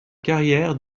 carrière